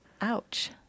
Ouch